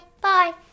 Bye